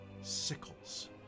sickles